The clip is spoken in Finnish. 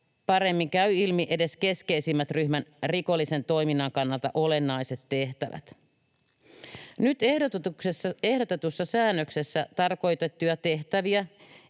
paremmin käyvät ilmi edes keskeisimmät ryhmän rikollisen toiminnan kannalta olennaiset tehtävät. Nyt ehdotetussa säännöksessä tarkoitettuja tehtäviä